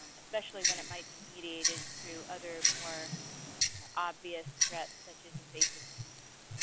um especially when it might be mediated through other, more obvious threats, such as invasive species.